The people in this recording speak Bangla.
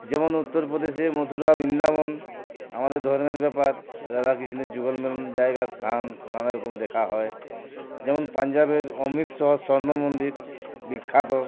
যেমন উত্তরপ্রদেশে মথুরা বৃন্দাবন আমাদের ধর্মের ব্যাপার রাধাকৃষ্ণের যুগলমেলন জায়গা স্থান নানাারকম দেখা হয় যেমন পাঞ্জাবের অমৃতসর স্বর্ণ মন্দির বিখ্যাত